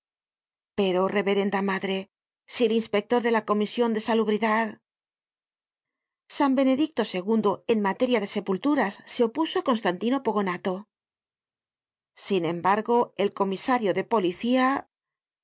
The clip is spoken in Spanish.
pero reverenda madre si el inspector de la comision de salubridad san benedicto ii en materia de sepulturas se opuso á constantino pogonato sin embargo el comisario de policía